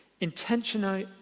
intentional